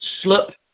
slip